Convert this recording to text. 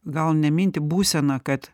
gal ne mintį būseną kad